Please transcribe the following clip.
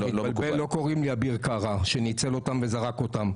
לא קוראים לי אביר קארה, שניצל אותם וזרק אותם.